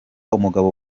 umugabo